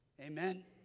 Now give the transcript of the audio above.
Amen